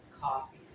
Coffee